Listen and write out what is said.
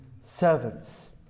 servants